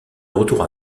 retour